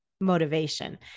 motivation